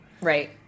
right